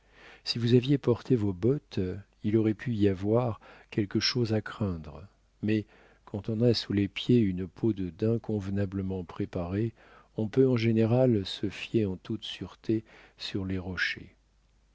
si vous aviez porté vos bottes il aurait pu y avoir quelque chose à craindre mais quand on a sous les pieds une peau de daim convenablement préparée on peut en général se fier en toute sûreté sur les rochers